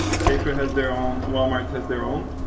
safeway has their own, walmart has their own.